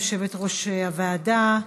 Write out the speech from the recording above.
יושבת-ראש הוועדה.